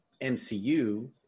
MCU